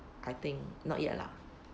I think not yet lah